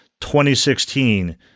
2016